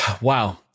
Wow